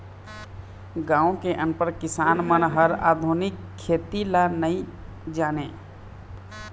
गाँव के अनपढ़ किसान मन ह आधुनिक खेती ल नइ जानय